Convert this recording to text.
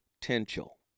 potential